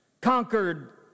conquered